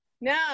No